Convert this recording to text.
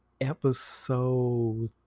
episode